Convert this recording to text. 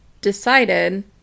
decided